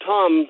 Tom